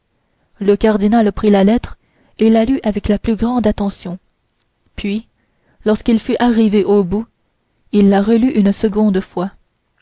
le cardinal prit la lettre et la lut avec la plus grande attention puis lorsqu'il fut arrivé au bout il la relut une seconde fois